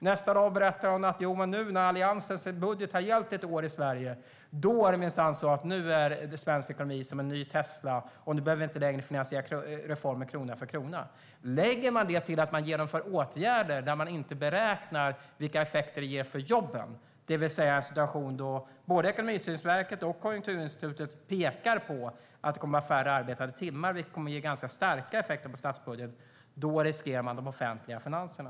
Nästa dag berättar hon att när nu Alliansens budget gällt ett år i Sverige är svensk ekonomi som en nyproducerad Tesla. Nu behöver inte längre reformer finansieras krona för krona. Lägg till detta att åtgärder genomförs där man inte beräknar vilka effekter de får på jobben. I en situation då både Ekonomistyrningsverket och Konjunkturinstitutet pekar på att det kommer att bli färre arbetade timmar, vilket kommer att ge starka effekter på statsbudgeten, riskeras de offentliga finanserna.